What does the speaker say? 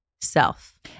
self